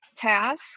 task